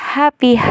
happy